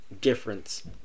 difference